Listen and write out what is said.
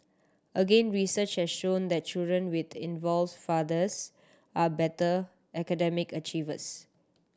again research has shown that children with involved fathers are better academic achievers